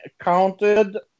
counted